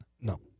No